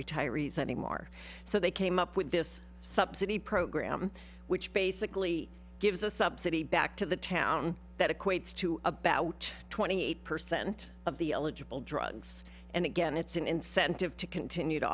retirees anymore so they came up with this subsidy program which basically gives a subsidy back to the town that equates to about twenty eight percent of the eligible drugs and again it's an incentive to continue to